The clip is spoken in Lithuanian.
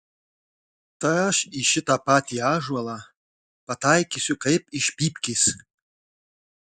tai aš į šitą patį ąžuolą pataikysiu kaip iš pypkės